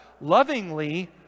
lovingly